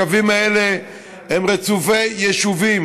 הקווים האלה הם רצופי יישובים,